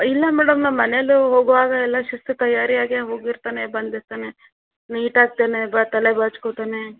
ಇಲ್ಲ ಮೇಡಮ್ ನಮ್ಮ ಮನೇಲಿ ಹೋಗುವಾಗ ಎಲ್ಲ ಶಿಸ್ತು ತಯಾರಿಯಾಗಿ ಹೋಗಿರ್ತಾನೆ ಬಂದಿರ್ತಾನೆ ನೀಟ್ ಆಗ್ತಾನೆ ಬ ತಲೆ ಬಾಚ್ಕೊತಾನೆ